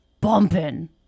bumping